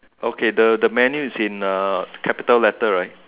okay the manual is in capital letter right